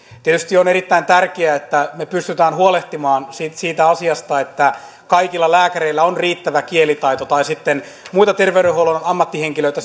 tietysti on erittäin tärkeää että me pystymme huolehtimaan siitä asiasta että kaikilla lääkäreillä on riittävä kielitaito tai sitten siinä lähellä muita terveydenhuollon ammattihenkilöitä